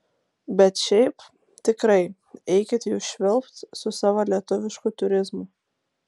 bet šiaip tikrai eikit jūs švilpt su savo lietuvišku turizmu